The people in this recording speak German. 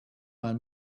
mal